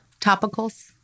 topicals